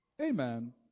Amen